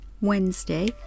Wednesday